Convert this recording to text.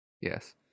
Yes